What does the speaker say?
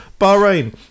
Bahrain